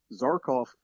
Zarkov